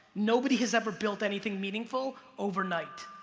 nobody has ever built anything meaningful overnight.